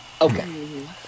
Okay